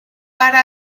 para